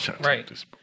Right